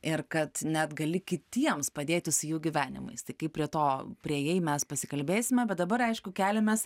ir kad net gali kitiems padėti su jų gyvenimais tai kaip prie to priėjai mes pasikalbėsime bet dabar aišku keliamės